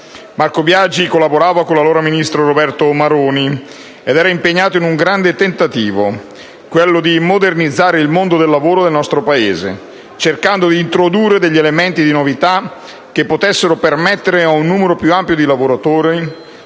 Marco Biagi collaborava con l'allora ministro Roberto Maroni ed era impegnato in un grande tentativo, quello di modernizzare il mondo del lavoro nel nostro Paese, cercando di introdurre degli elementi di novità che potessero permettere ad un numero più ampio di lavoratori,